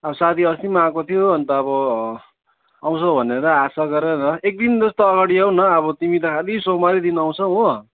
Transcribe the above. अब साथी अस्ति पनि आएको थियो अन्त अब आउँछौ भनेर आशा गरेर एकदिन जस्तो अगाडि आऊ न अब तिमी त त्यही सोमबारकै दिन आउँछौ हो